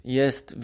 jest